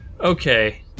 Okay